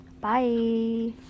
Bye